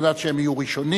על מנת שהם יהיו ראשונים.